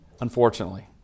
unfortunately